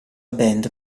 band